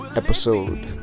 episode